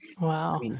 Wow